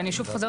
שוב,